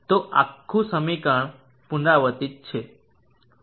તો આ આખું પુનરાવર્તિત સમીકરણ છે